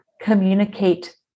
communicate